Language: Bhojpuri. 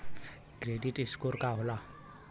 क्रेडीट स्कोर का होला?